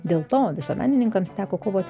dėl to visuomenininkams teko kovoti